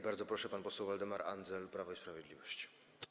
Bardzo proszę, pan poseł Waldemar Andzel, Prawo i Sprawiedliwość.